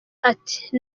ati